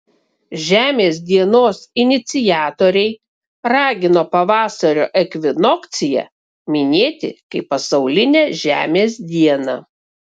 žemės dienos iniciatoriai ragino pavasario ekvinokciją minėti kaip pasaulinę žemės dieną